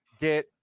get